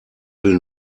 will